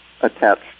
attached